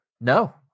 No